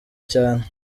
cyane